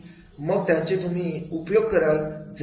मग त्याचे तुम्ही उपयोग कराल